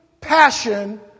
passion